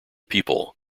people